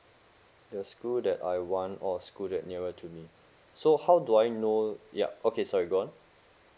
the school that I want or school that nearer to me so how do I know ya okay sorry go on